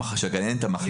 הגננת המחליפה.